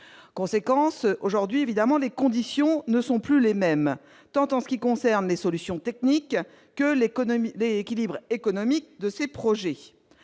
conséquence aujourd'hui évidemment les conditions ne sont plus les mêmes, tant en ce qui concerne les solutions techniques que l'économie, l'équilibre économique de ces projets,